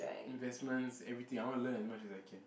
investments everything I wanna learn as much as I can